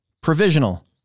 Provisional